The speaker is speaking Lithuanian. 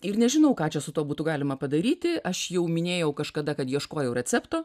ir nežinau ką čia su tuo būtų galima padaryti aš jau minėjau kažkada kad ieškojau recepto